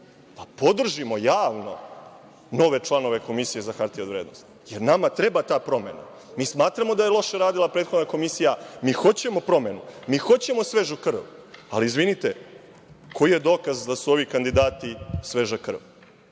da podržimo javno nove članove Komisije za hartije od vrednosti, jer nama treba ta promena. Mi smatramo da je loše radila prethodna komisija. Mi hoćemo promenu, mi hoćemo svežu krv, ali izvinite, koji je dokaz da su ovi kandidati sveža krv?